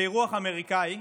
באירוח אמריקאי,